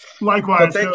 Likewise